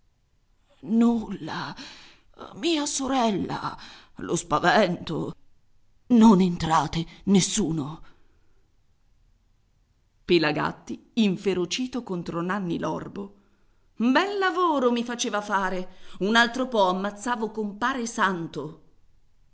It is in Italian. nulla mia sorella lo spavento non entrate nessuno pelagatti inferocito contro nanni l'orbo bel lavoro mi faceva fare un altro po ammazzavo compare santo